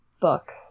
book